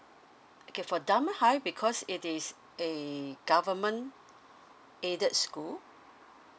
okay for dunman high because it is a government aided school